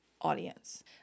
audience